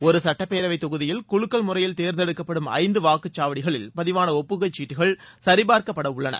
ஒரு சட்டப்பேரவைத் தொகுதியில் குலுக்கல் முறையில் தேர்ந்தெடுக்கப்படும் ஐந்து வாக்குச்சாவடிகளில் பதிவான ஒப்புகைச்சீட்டுகள் சரிபார்க்கப்படவுள்ளன